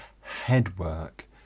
headwork